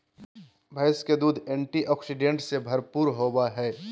भैंस के दूध एंटीऑक्सीडेंट्स से भरपूर होबय हइ